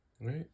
Right